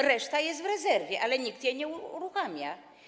Reszta jest w rezerwie, ale nikt jej nie uruchamia.